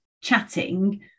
chatting